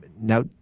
Now